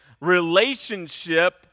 relationship